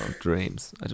dreams